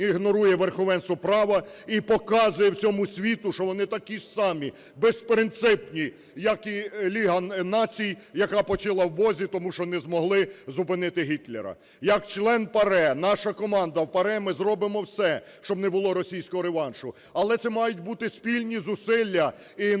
ігнорує верховенство права, і показує всьому світу, що вони такі ж самі безпринципні, як і Ліга Націй, яка почила вбозі, тому що не змогли зупинити Гітлера. Як член ПАРЄ наша команда в ПАРЄ ми зробимо все, щоб не було російського реваншу. Але це мають бути спільні зусилля і наші,